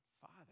father